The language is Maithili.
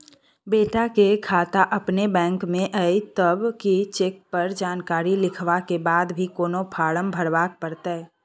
बेटा के खाता अपने बैंक में ये तब की चेक पर जानकारी लिखवा के बाद भी कोनो फारम भरबाक परतै?